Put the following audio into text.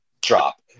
drop